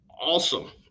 awesome